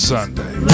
Sunday